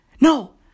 no